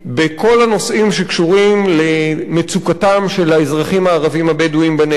בכל הנושאים שקשורים למצוקתם של האזרחים הערבים הבדואים בנגב.